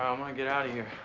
i'm gonna get outta here.